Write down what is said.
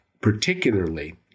particularly